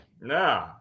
No